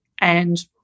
And-